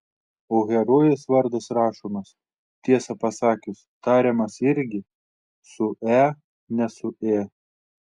o herojės vardas rašomas tiesą pasakius tariamas irgi su e ne su ė